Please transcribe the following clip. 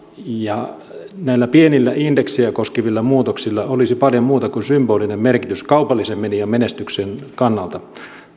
ja näillä pienillä indeksejä koskevilla muutoksilla olisi paljon muuta kuin symbolinen merkitys kaupallisen median menestyksen kannalta